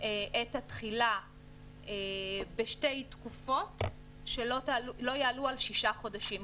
את התחילה בשתי תקופות שלא יעלו על שישה חודשים.